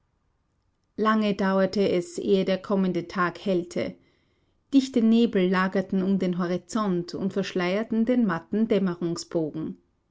lange dauerte es ehe der kommende tag hellte dichte nebel lagerten um den horizont und verschleierten den matten